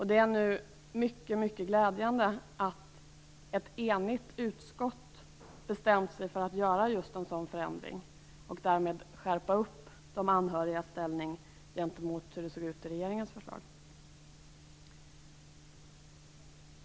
Det är mycket glädjande att ett enigt utskott bestämt sig för att göra just en sådan förändring och därmed skärpa de anhörigas ställning gentemot hur det såg ut i regeringens förslag.